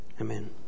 Amen